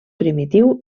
primitiu